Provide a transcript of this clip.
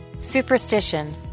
Superstition